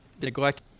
neglect